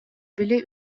били